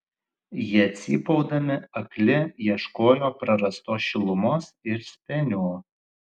jie cypaudami akli ieškojo prarastos šilumos ir spenių